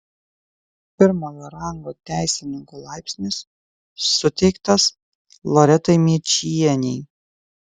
pirmojo rango teisininko laipsnis suteiktas loretai mėčienei